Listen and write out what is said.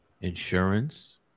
insurance